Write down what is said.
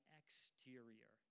exterior